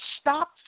Stop